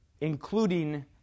including